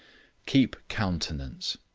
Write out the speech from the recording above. keep countenance.